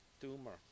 tumor